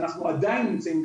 אנחנו עדיין נמצאים,